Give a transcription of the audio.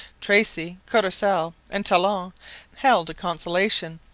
tracy, courcelle, and talon held a consultation,